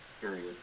period